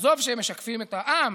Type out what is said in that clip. עזוב שהם משקפים את העם,